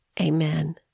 Amen